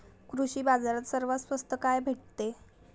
कृषी बाजारात सर्वात स्वस्त काय भेटते?